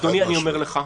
אדוני, אני אומר לך: